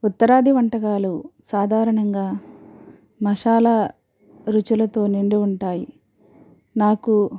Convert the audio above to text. ఉత్తరాది వంటకాలు సాధారణంగా మసాలా రుచులతో నిండి ఉంటాయి నాకు